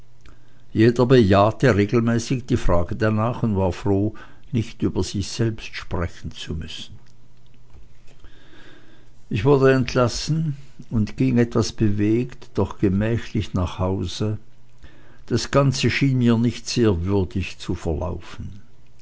jeder bejahte regelmäßig die frage darnach und war froh nicht über sich selbst sprechen zu müssen ich wurde entlassen und ging etwas bewegt doch gemächlich nach hause das ganze schien mir nicht sehr würdig zu verlaufen